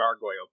gargoyle